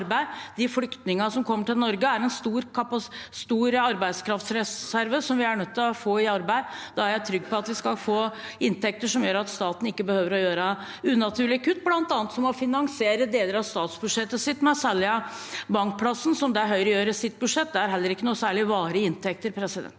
De flyktningene som kommer til Norge, er en stor arbeidskraftreserve som vi er nødt til å få i arbeid. Da er jeg trygg på at vi skal få inntekter som gjør at staten ikke behøver å gjøre unaturlige kutt, som bl.a. å finansiere deler av statsbudsjettet sitt ved å selge Bankplassen, som Høyre gjør i sitt budsjett. Det er heller ikke noe særlig varige inntekter. Jan